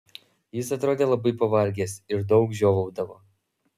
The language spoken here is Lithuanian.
jis atrodė labai pavargęs ir daug žiovaudavo